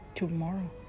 tomorrow